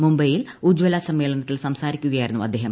മുംബൈയിൽ ഉജ്ജല സമ്മേളനത്തിൽ സ്ക്സാരിക്കുകയായിരുന്നു അദ്ദേഹം